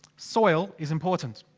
soil. is important,